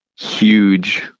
huge